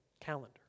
calendar